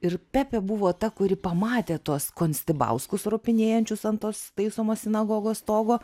ir pepė buvo ta kuri pamatė tuos konstibauskus ropinėjančius ant tos taisomo sinagogos stogo